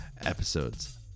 episodes